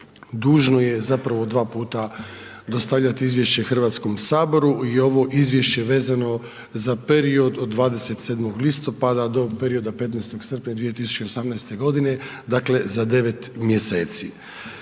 dužno je zapravo dva puta dostavljat izvješće HS i ovo izvješće vezano za period od 27. listopada do perioda 15. srpnja 2018.g., dakle, za 9 mjeseci.